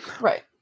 Right